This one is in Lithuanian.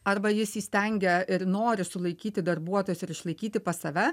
arba jis įstengia ir nori sulaikyti darbuotojus ir išlaikyti pas save